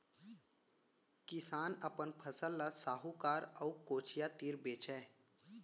किसान अपन फसल ल साहूकार अउ कोचिया तीर बेचय